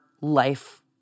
life